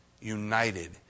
united